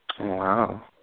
Wow